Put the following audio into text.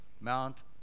Mount